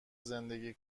زندگی